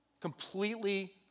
completely